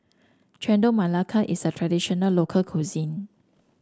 Chendol Melaka is a traditional local cuisine